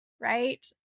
Right